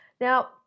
Now